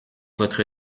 votre